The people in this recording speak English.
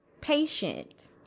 patient